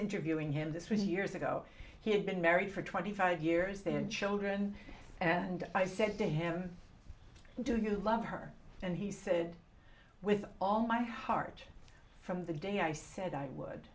interviewing him this was years ago he had been married for twenty five years they had children and i said to him do you love her and he said with all my heart from the day i said i would